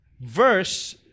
verse